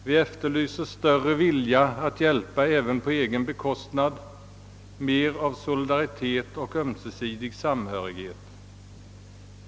Vi efterlyser större vilja att hjälpa även på egen bekostnad, mer av solidaritet och ömsesidig samhörighet.